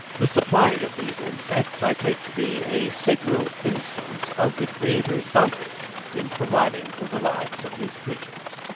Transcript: the supplying of these insects i take to be a signal instance of the creator's bounty in providing for the lives of his creatures.